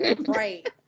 right